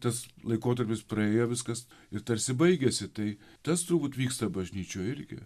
tas laikotarpis praėjo viskas ir tarsi baigėsi tai tas tarbūt vyksta bažnyčioj irgi